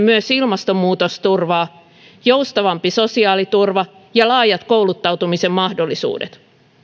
myös ilmastonmuutosturvaa joustavampi sosiaaliturva ja laajat kouluttautumisen mahdollisuudet